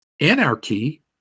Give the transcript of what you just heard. anarchy